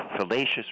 fallacious